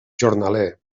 jornaler